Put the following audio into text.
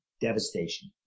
Devastation